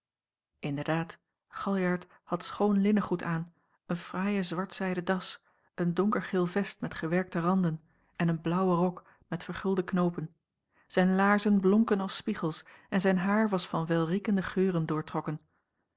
inderdaad galjart had schoon linnengoed aan een fraaien zwart zijden das een donkergeel vest met gewerkte randen jacob van ennep laasje evenster en een blaauwen rok met vergulde knoopen zijn laarzen blonken als spiegels en zijn haar was van welriekende geuren doortrokken